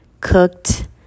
cooked